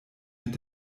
mit